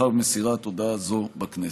לאחר מסירת הודעה זו בכנסת.